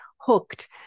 hooked